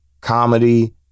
comedy